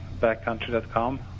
backcountry.com